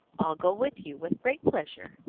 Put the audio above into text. i'll go with you, with great pleasure.